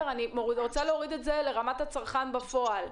אני רוצה להוריד את זה לרמת הצרכן בפועל.